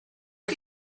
chi